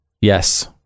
yes